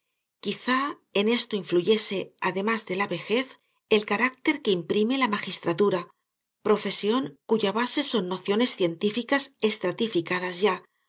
quizá en esto influyese además de la vejez el carácter que imprime la magistratura profesión cuya base son nociones científicas estratificadas ya un